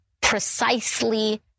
precisely